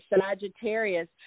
Sagittarius